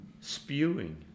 spewing